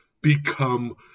become